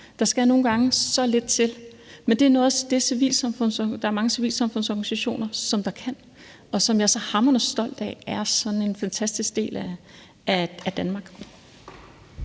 Der skal nogle gange så lidt til, men det er noget af det, som der er mange civilsamfundsorganisationer der kan, og som jeg er så hamrende stolt af er sådan en fantastisk del af Danmark.